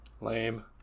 Lame